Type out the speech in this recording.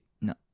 no